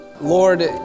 Lord